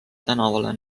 tänavale